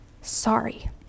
sorry